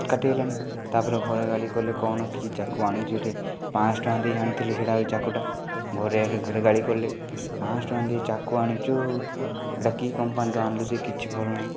କାଟି ହେଲାନି ତା'ପରେ ଘରେ ଗାଳି କଲେ କ'ଣ କି ଚାକୁ ଆଣିଛୁରେ ପାଞ୍ଚଶହ ଟଙ୍କା ଦେଇ ଆଣିଥିଲି ସେଇଟା ଏଇ ଚାକୁଟା ଘରେ ହେଲେ ଘରେ ଗାଳି କଲେ ପାଞ୍ଚଶହ ଟଙ୍କା ଦେଇ ଚାକୁ ଆଣିଛୁ ଏଇଟା କି କମ୍ପାନୀର ଆଣିଲୁ ଯେ କିଛି ଭଲ ନାହିଁ